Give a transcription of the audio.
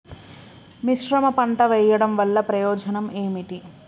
మిశ్రమ పంట వెయ్యడం వల్ల ప్రయోజనం ఏమిటి?